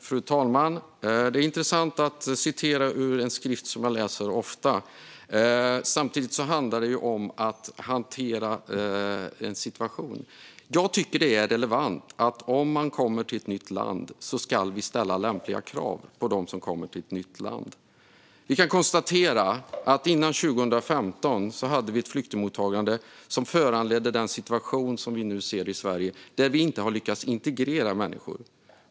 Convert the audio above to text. Fru talman! Det är intressant att ledamoten citerar ur en skrift som jag läser ofta. Samtidigt handlar det om att hantera en situation. Jag tycker att det är relevant att vi ställer lämpliga krav på dem som kommer till ett nytt land. Vi kan konstatera att vi innan 2015 hade ett flyktingmottagande som föranledde den situation som vi nu ser i Sverige där vi inte har lyckats integrera människor.